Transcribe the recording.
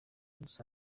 gusa